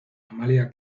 amalia